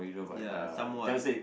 ya somewhat